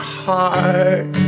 heart